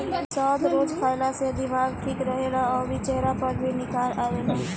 शहद रोज खाए से दिमाग ठीक रहेला अउरी चेहरा पर भी निखार आवेला